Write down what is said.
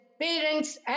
parents